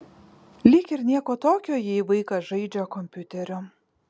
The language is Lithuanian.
lyg ir nieko tokio jei vaikas žaidžia kompiuteriu